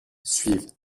suivent